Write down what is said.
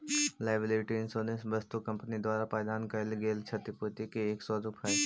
liability insurance वस्तु company द्वारा प्रदान कैइल गेल क्षतिपूर्ति के एक स्वरूप हई